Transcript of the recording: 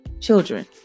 children